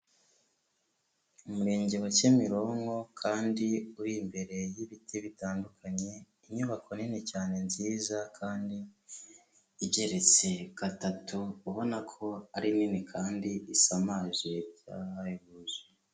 Umurenge wa Kimironko kandi uri imbere y'ibiti bitandukanye, inyubako nini cyane nziza kandi igeretse gatatu, ubona ko ari nini kandi isamaje byahebuje.